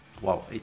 Wow